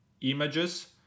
images